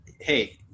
hey